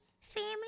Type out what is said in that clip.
family